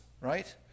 right